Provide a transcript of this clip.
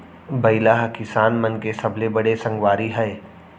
बइला ह किसान मन के सबले बड़े संगवारी हय